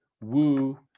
woo